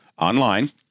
Online